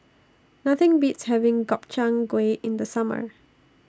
Nothing Beats having Gobchang Gui in The Summer